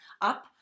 up